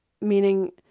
meaning